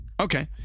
Okay